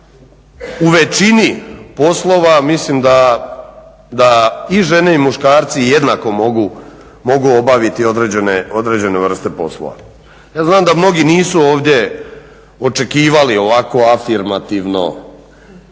u većini poslova mislim da i žene i muškarci jednako mogu obaviti određene vrste poslova. Ja znam da mnogi nisu ovdje očekivali ovako afirmativno, ja